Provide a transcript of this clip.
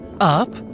up